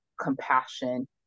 compassion